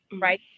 right